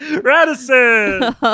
Radisson